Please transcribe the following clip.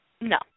no